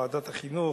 ועדת החינוך,